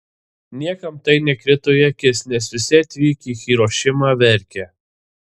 niekam tai nekrito į akis nes visi atvykę į hirošimą verkė